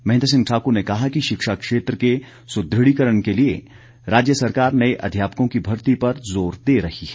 महेन्द्र सिंह ठाकुर ने कहा कि शिक्षा क्षेत्र के सुदृढ़ीकरण के लिए राज्य सरकार नए अध्यापकों की भर्ती पर जोर दे रही है